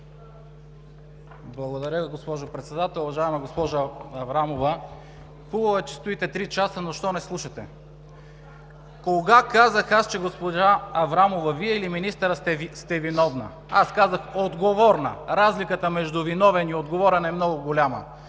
Благодаря, госпожо Председател. Уважаема госпожо Аврамова, хубаво е, че стоите три часа, но защо не слушате? Кога казах аз, че госпожа Аврамова, Вие или министърът сте виновна? Аз казах „отговорна“! Разликата между виновен и отговорен е много голяма.